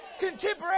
Contemporary